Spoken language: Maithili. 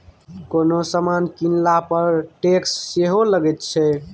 कोनो समान कीनला पर टैक्स सेहो लगैत छै